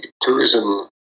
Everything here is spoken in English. Tourism